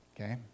okay